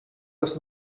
das